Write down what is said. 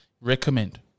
recommend